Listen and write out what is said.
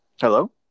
Hello